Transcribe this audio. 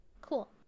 Cool